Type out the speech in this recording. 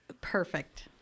Perfect